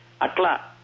Atla